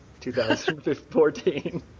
2014